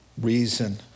reason